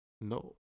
No